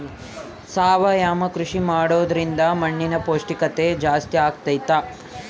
ಸಾವಯವ ಕೃಷಿ ಮಾಡೋದ್ರಿಂದ ಮಣ್ಣಿನ ಪೌಷ್ಠಿಕತೆ ಜಾಸ್ತಿ ಆಗ್ತೈತಾ?